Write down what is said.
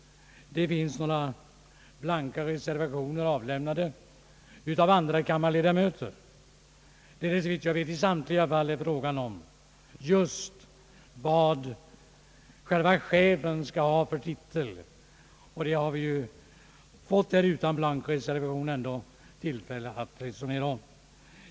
Det har lämnats några blanka reservationer av andrakammarledamöter. I samtliga fall är det, såvitt jag vet, fråga om just vad själva chefen skall ha för titel, och det har vi ju här ändå, utan blanka reservationer, fått tillfälle att resonera om.